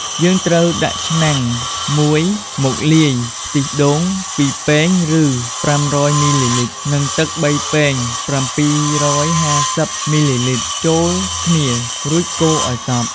យើងត្រូវយកឆ្នាំងមួយមកលាយ ខ្ទិះដូង ២ ពែង ឬ ៥០០ មីលីលីត្រ និងទឹក ៣ ពែង ៧៥០ មីលីលីត្រ ចូលគ្នា រួចកូរឲ្យសព្វ។